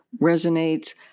resonates